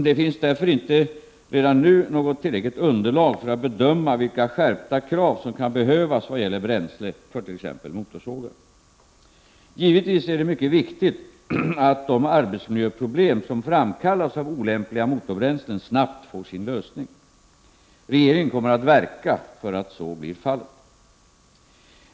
Det finns därför inte redan nu något tillräckligt underlag för att bedöma vilka skärpta krav som kan behövas vad gäller bränsle för t.ex. motorsågar. Givetvis är det mycket viktigt att de arbetsmiljöproblem som framkallas av olämpliga motorbränslen snabbt får sin lösning. Regeringen kommer att verka för att så blir fallet.